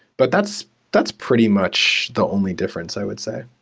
but that's that's pretty much the only difference i would say.